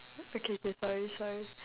okay K sorry sorry